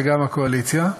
וגם הקואליציה,